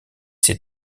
ses